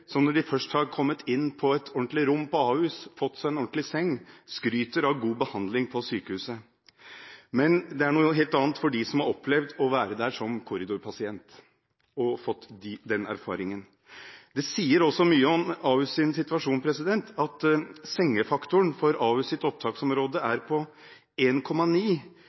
når de først har kommet inn på et ordentlig rom på Ahus, fått seg en ordentlig seng, skryter av god behandling på sykehuset. Men det er noe helt annet for dem som har opplevd å være der som korridorpasienter og fått den erfaringen. Det sier også mye om Ahus’ situasjon at sengefaktoren for Ahus’ opptaksområde er på